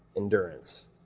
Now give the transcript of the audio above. endurance,